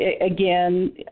again